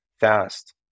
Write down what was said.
fast